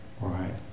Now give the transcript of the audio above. Right